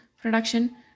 production